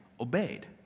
obeyed